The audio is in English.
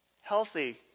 healthy